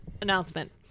announcement